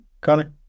Connor